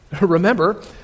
Remember